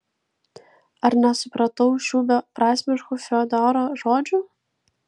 ar nesupratau šių beprasmiškų fiodoro žodžių